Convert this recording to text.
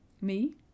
Me